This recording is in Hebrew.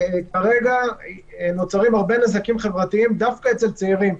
כרגע נוצרים הרבה נזקים חברתיים דווקא אצל צעירים.